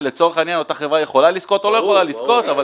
ואותה חברה יכולה לזכות או לא יכולה לזכות.